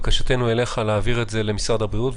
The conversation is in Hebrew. בקשתנו אליך להעביר את זה למשרד הבריאות,